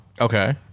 Okay